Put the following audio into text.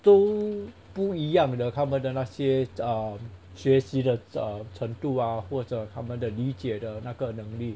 都不一样的他们的那些 um 学习的 um 程度啊或者他们的理解的那个能力